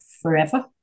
forever